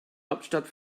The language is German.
hauptstadt